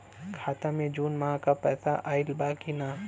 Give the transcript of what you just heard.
खाता मे जून माह क पैसा आईल बा की ना?